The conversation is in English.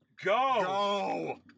Go